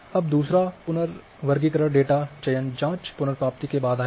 अब दूसरा पुनर्वर्गीकरण डेटा चयन जाँच पुनर्प्राप्ति के बाद आएगा